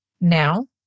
Now